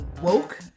woke